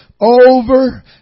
over